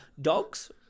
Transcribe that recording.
dogs